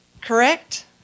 Correct